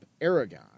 Aragon